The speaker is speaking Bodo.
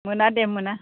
मोना दे मोना